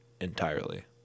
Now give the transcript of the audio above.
entirely